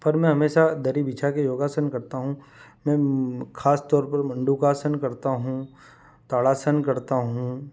पर मैं हमेशा दरी बिछा कर योगासन करता हूँ मैं ख़ास तौर पर मंडूकासन करता हूँ ताड़ासन करता हूँ